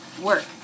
work